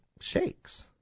shakes